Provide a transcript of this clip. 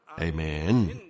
Amen